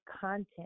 content